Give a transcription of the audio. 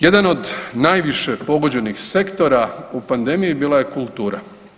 Jedan od naviše pogođenih sektora u pandemiji bila je kultura.